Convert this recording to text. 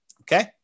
Okay